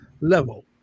level